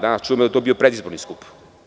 Danas, čujem, je to bio predizborni skup.